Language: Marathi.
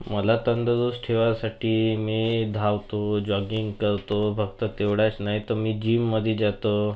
मला तंदुरुस्त ठेवायसाठी मी धावतो जॉगिंग करतो फक्त तेवढंच नाही तर मी जिममध्ये जातो